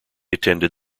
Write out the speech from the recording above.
attended